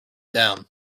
down